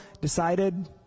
decided